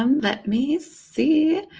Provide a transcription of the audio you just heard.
let me see.